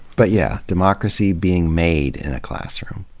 but yeah democracy being made in a classroom.